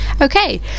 Okay